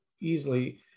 easily